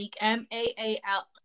M-A-A-L